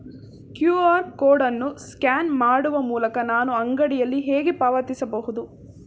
QR code ಅನ್ನು scan ಮಾಡುವ ಮೂಲಕ ನಾನು ಅಂಗಡಿಯಲ್ಲಿ ಹೇಗೆ ಪಾವತಿಸಬಹುದು?